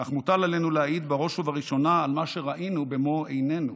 אך מוטל עלינו להעיד בראש ובראשונה על מה שראינו במו עינינו,